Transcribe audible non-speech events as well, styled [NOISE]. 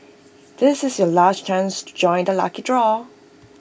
[NOISE] this is your last chance to join the lucky draw